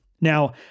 Now